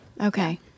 Okay